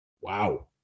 Wow